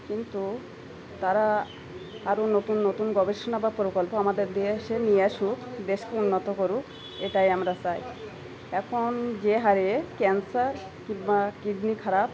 কিন্তু তারা আরও নতুন নতুন গবেষণা বা প্রকল্প আমাদের দেশে নিয়ে আসুক দেশকে উন্নত করুক এটাই আমরা চাই এখন যে হারে ক্যান্সার কিংবা কিডনি খারাপ